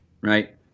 right